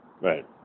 Right